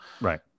right